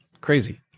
Crazy